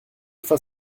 autre